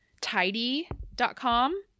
Tidy.com